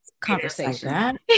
conversation